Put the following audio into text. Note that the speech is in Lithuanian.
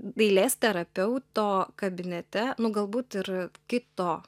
dailės terapeuto kabinete nu galbūt ir kito